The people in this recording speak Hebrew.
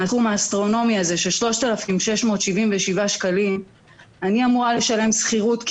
מן הסכום ה"אסטרונומי" הזה של 3,677 שקלים אני אמורה לשלם שכירות,